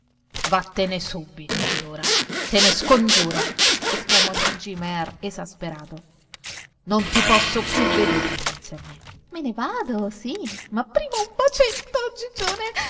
via subito allora te ne scongiuro esclamò gigi mear esasperato non ti posso più vedere innanzi a me me ne vado sì ma prima un bacetto gigione